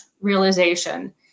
realization